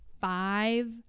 five